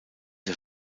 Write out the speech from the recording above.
der